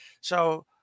So-